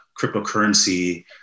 cryptocurrency